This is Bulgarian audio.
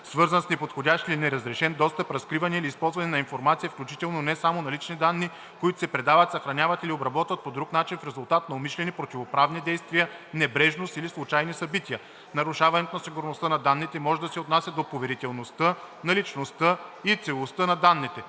свързан с неподходящ или неразрешен достъп, разкриване или използване на информация, включително, но не само, на лични данни, които се предават, съхраняват или обработват по друг начин, в резултат на умишлени противоправни действия, небрежност или случайни събития. Нарушаването на сигурността на данните може да се отнася до поверителността, наличността и целостта на данните.